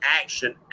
action